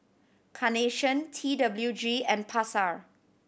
Carnation T W G and Pasar